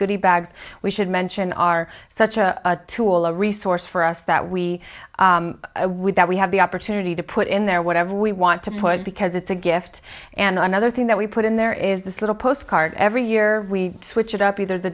goody bags we should mention are such a tool a resource for us that we would that we have the opportunity to put in there whatever we want to put because it's a gift and another thing that we put in there is this little postcard every year we switch it up either the